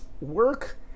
work